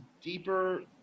deeper